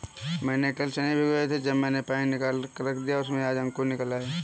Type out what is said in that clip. मैंने कल चने भिगोए थे जब मैंने पानी निकालकर रख दिया तो उसमें आज अंकुर निकल आए